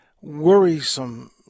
worrisome